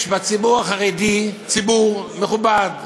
יש בציבור החרדי ציבור מכובד,